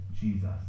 Jesus